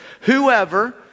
Whoever